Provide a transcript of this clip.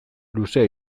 luzea